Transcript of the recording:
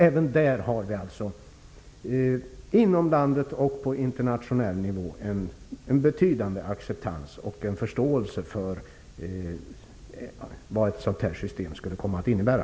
Även därvidlag finns inom landet och på internationell nivå en betydande acceptans av och en förståelse för vad ett sådant här system skulle komma att innebära.